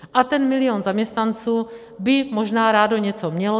A ten milion zaměstnanců by možná rád něco měl.